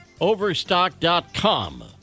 Overstock.com